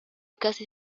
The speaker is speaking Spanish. casi